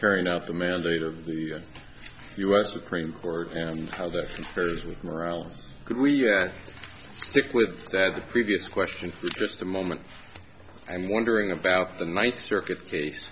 carrying out the mandate of the u s supreme court and how that carries with morales could we stick with the previous question for just a moment i'm wondering about the ninth circuit case